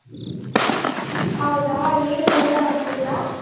ಹೌದಾ ಏನು ಊಟ ಮಾಡ್ತಿದ್ದೀರಾ